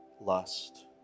lust